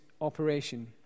operation